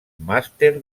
màster